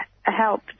Help